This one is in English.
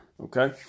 Okay